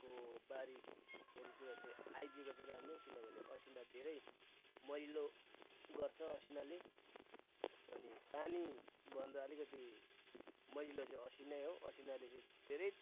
को बारीहरूतिर चाहिँ आइदिएको चाहिँ राम्रो किनभने असिना धेरै मलिलो गर्छ असिनाले अनि पानी भन्दा अलिकति मलिलो चाहिँ असिनै हो असिनाले चाहिँ धेरै